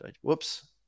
Whoops